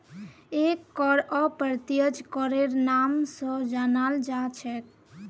एक कर अप्रत्यक्ष करेर नाम स जानाल जा छेक